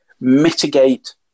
mitigate